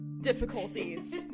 difficulties